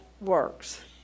works